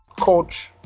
coach